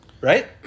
Right